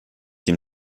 dem